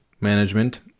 management